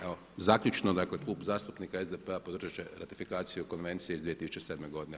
Evo zaključno, dakle Klub zastupnika SDP-a podržati će ratifikaciju Konvencije iz 2007. godine.